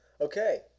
Okay